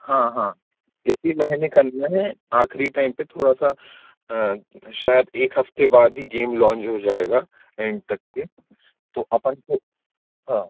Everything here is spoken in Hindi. हाँ हाँ इसी महीने करने हैं आखिरी टाइम पे थोड़ा सा शायद एक हफ्ते बाद ही गेम लाॅन्ज हो जाएगा एंड तक में तो अपन को हाँ